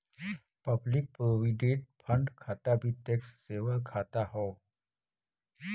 public provident fund खाता भी tax saver खाता हौ